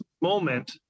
moment